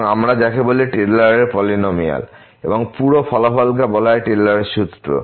এবং আমরা যাকে বলি টেলরের পলিনমিয়াল এবং পুরো ফলাফলকে বলা হয় টেলরের সূত্র